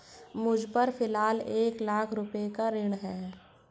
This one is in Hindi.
मुझपर फ़िलहाल एक लाख रुपये का ऋण है